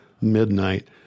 midnight